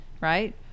right